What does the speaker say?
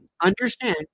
understand